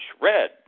red